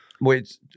Wait